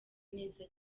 neza